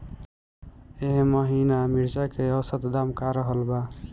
एह महीना मिर्चा के औसत दाम का रहल बा?